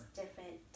different